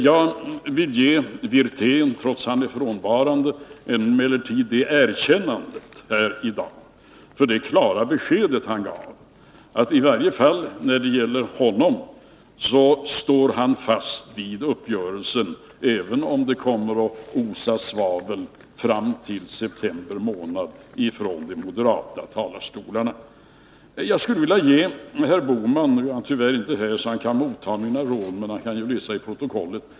Jag vill emellertid ge herr Wirtén, trots att han nu är frånvarande, ett erkännande här i dag för det klara besked han gav, att i varje fall han står fast vid uppgörelsen, även om det kommer att osa svavel fram till september månad från de moderata talarstolarna. Jag skulle ändå vilja ge herr Bohman ett gott råd. Nu är han tyvärr inte här så att han kan motta mina råd, men han kan ju läsa i protokollet.